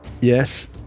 Yes